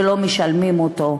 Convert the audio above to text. ולא משלמים אותו,